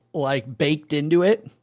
like baked into it.